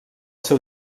ser